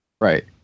Right